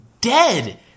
dead